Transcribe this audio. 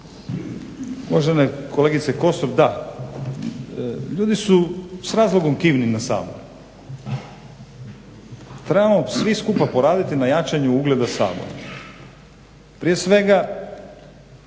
Uvažena kolegice Kosor, da, ljudi su s razlogom kivni na Sabor. Trebamo svi skupa poraditi na jačanju ugleda Sabora. Prije svega